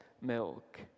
milk